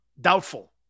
Doubtful